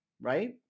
right